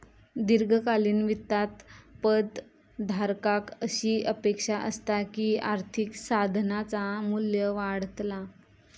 दीर्घकालीन वित्तात पद धारकाक अशी अपेक्षा असता की आर्थिक साधनाचा मू्ल्य वाढतला